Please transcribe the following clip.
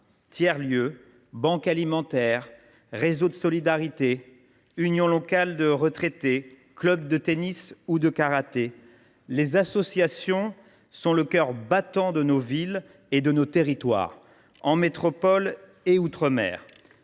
tiers lieux, banques alimentaires, réseaux de solidarité, unions locales de retraités, clubs de tennis ou de karaté : les associations sont le cœur battant de nos villes et de nos territoires, en métropole et outre mer.